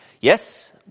Yes